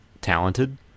talented